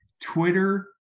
Twitter